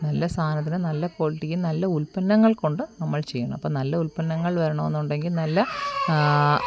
നല്ല സാധനം നല്ല ക്വാളിറ്റിക്ക് നല്ല ഉൽപ്പന്നങ്ങൾ കൊണ്ട് നമ്മൾ ചെയ്യണം അപ്പം നല്ല ഉൽപ്പന്നങ്ങൾ വരണമെന്നുണ്ടെങ്കിൽ നല്ല